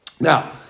Now